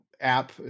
app